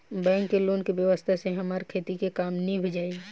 bank के loan के व्यवस्था से हमार खेती के काम नीभ जाई